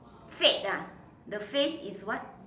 fate ah the phase is what